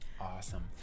Awesome